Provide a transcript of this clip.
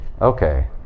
Okay